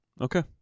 Okay